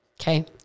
Okay